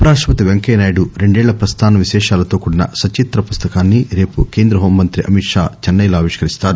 ఉప రాష్టపతి గా వెంకయ్య నాయుడు రెండేళ్ళ ప్రస్థానం విశేషాల తో కూడిన సచిత్ర పుస్తకాన్ని రేపు కేంద్ర హోం శాఖ మంత్రి అమిత్ షా చెన్నై లో ఆవిష్కరిస్తారు